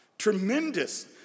tremendous